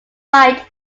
right